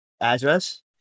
address